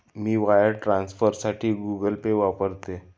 मी wire ट्रान्सफरसाठी Google Pay वापरते